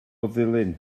ddulyn